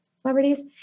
celebrities